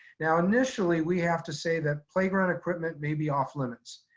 now initially we have to say that playground equipment may be off limits.